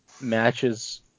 matches